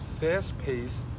fast-paced